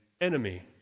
enemy